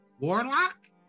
warlock